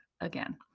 again